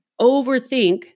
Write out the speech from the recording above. overthink